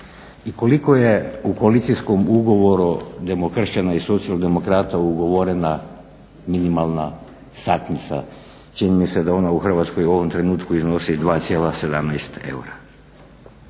i koliko je u koalicijskom ugovoru demokršćana i socijaldemokrata ugovorena minimalna satnica. Čini mi se da ona u Hrvatskoj u ovom trenutku iznosi 2,17 EUR-a.